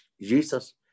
Jesus